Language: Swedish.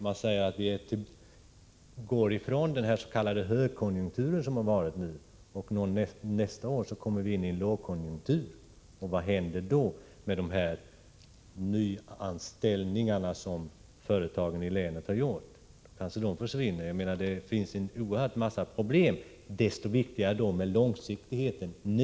Man säger att vi går ifrån den s.k. högkonjunktur som har rått nu och nästa år kommer in i en lågkonjunktur. Vad händer då med de nyanställningar företagen i länet har gjort? Jo, de försvinner naturligtvis. Det finns alltså en oerhörd mängd problem. Desto viktigare är det därför med långsiktigheten nu!